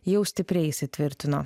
jau stipriai įsitvirtino